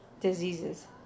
diseases